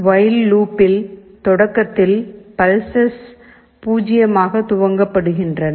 while லூப்பில் தொடக்கத்தில் pulses 0 ஆக துவக்கப்படுகின்றன